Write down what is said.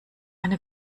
eine